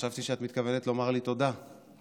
תקנות סמכויות מיוחדות להתמודדות עם נגיף הקורונה החדש (הוראת